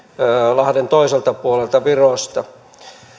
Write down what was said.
lahden toiselta puolelta virosta